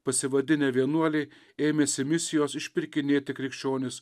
pasivadinę vienuoliai ėmėsi misijos išpirkinėti krikščionis